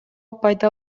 пайда